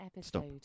stop